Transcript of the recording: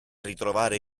ritrovare